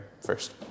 first